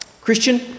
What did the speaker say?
Christian